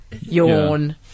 Yawn